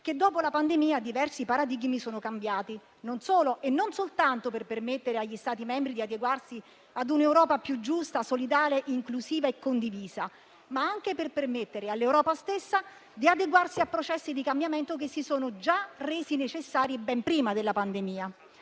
che, dopo la pandemia, diversi paradigmi sono cambiati, non soltanto per permettere agli Stati membri di adeguarsi a un'Europa più giusta, solidale, inclusiva e condivisa, ma anche per permettere all'Europa stessa di adeguarsi a processi di cambiamento che si sono già resi necessari ben prima della pandemia: